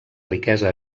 riquesa